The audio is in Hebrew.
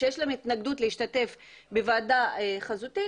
כשיש להם התנגדות להשתתף בוועדה חזותית,